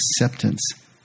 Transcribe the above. acceptance